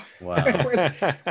Wow